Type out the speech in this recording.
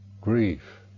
grief